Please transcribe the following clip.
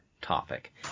topic